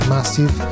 Massive